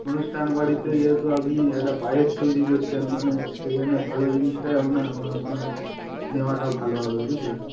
অনুষ্ঠান বাড়িতে যেহেতু আপনি একটা পায়েস তৈরি করছেন মানে সেখানে ভালো জিনিসটাই আপনার আমার মনে হয় নেওয়াটা ভালো হবে বুঝলেন